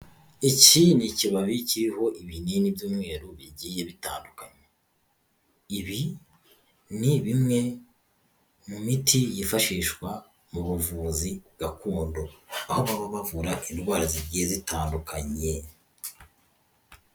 Iki ni ikibabi kiriho ibinini by'umweru bigiye bitandukanye, ibi ni bimwe mu miti yifashishwa mu buvuzi gakondo, aho baba bavura indwara zigiye zitandukanye.